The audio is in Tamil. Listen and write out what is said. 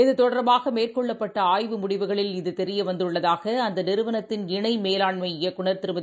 இது தொடர்பாகமேற்கொள்ளப்பட்டஆய்வு முடிவுகளில் இது தெரியவந்துள்ளதாகஅந்தநிறுவனத்தின் இணைமேலாண்மை இயக்குநர் திருமதி